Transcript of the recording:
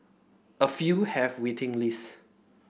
a few have waiting lists